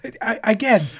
again